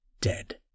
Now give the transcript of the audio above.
dead